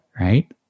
Right